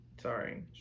Sorry